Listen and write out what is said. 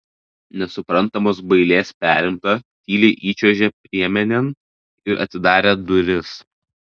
nesuprantamos bailės perimta tyliai įčiuožė priemenėn ir atidarė duris